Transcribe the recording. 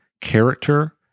character